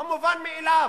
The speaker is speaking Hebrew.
המובן מאליו,